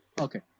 Okay